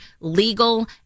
legal